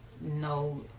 no